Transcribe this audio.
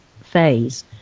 phase